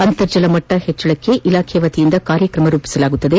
ಅಂರ್ತಜಲ ಮಟ್ಟ ಹೆಚ್ಚಿಸಲು ಇಲಾಖೆ ವತಿಯಿಂದ ಕಾರ್ಯಕ್ರಮ ರೂಪಿಸಲಾಗುವುದು